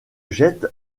jette